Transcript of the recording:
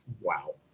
Wow